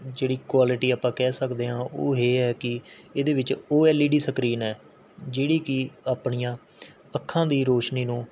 ਜਿਹੜੀ ਕੁਆਲਿਟੀ ਆਪਾਂ ਕਹਿ ਸਕਦੇ ਹਾਂ ਉਹ ਇਹ ਹੈ ਕਿ ਇਹਦੇ ਵਿੱਚ O L E D screen ਹੈ ਜਿਹੜੀ ਕਿ ਆਪਣੀਆਂ ਅੱਖਾਂ ਦੀ ਰੋਸ਼ਨੀ ਨੂੰ